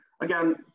again